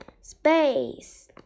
space